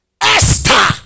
Esther